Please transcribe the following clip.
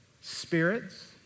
spirits